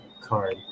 card